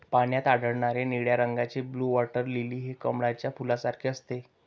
पाण्यात आढळणारे निळ्या रंगाचे ब्लू वॉटर लिली हे कमळाच्या फुलासारखे असते